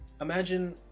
imagine